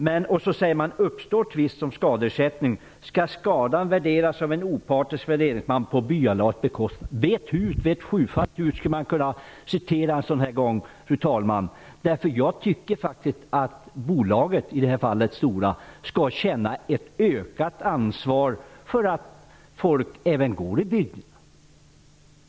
Vidare står det i avtalet: ''Uppstår tvist om skadeersättning skall skadan värderas av opartisk värderingsman på byalagets bekostnad.'' Vet sjufaldigt hut! Det uttrycket skulle man kunna citera en sådan här gång, fru talman. Jag tycker faktiskt att bolaget, Stora Kopparberg, skall känna ett ökat ansvar för att folk vandrar i bygderna.